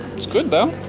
it's good though.